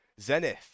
Zenith